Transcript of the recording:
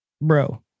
Bro